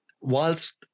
Whilst